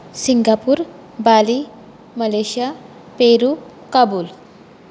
Singapore Bali Malaysia Peru Kabul